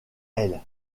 elle